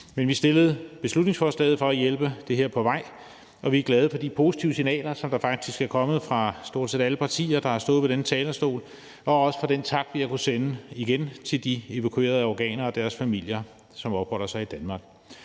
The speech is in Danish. Men vi har fremsat beslutningsforslaget for at hjælpe det her på vej, og vi er glade for de positive signaler, der faktisk er kommet fra stort set alle de partier, der har stået på denne talerstol, og også for, at vi igen har kunnet sende en tak til de evakuerede afghanere og deres familier, som opholder sig i Danmark.